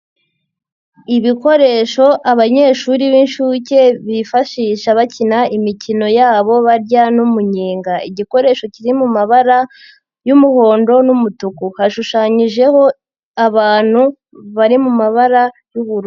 Ibikoresho abanyeshuri b'inshuke bifashisha bakina imikino yabo barya n'umuyenga. Igikoresho kiri mu mabara y'umuhondo n'umutuku. Hashushanyijeho abantu bari mu mabara y'ubururu.